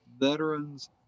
veterans